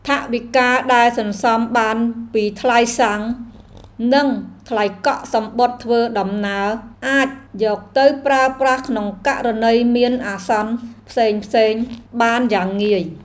ថវិកាដែលសន្សំបានពីថ្លៃសាំង និងថ្លៃកក់សំបុត្រធ្វើដំណើរ អាចយកទៅប្រើប្រាស់ក្នុងករណីមានអាសន្នផ្សេងៗបានយ៉ាងងាយ។